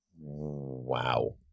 Wow